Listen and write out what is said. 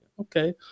okay